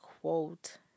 quote